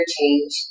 change